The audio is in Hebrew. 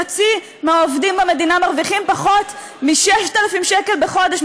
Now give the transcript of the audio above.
חצי מהעובדים במדינה מרוויחים פחות מ-6,000 שקל בחודש,